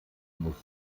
muss